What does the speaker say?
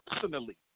personally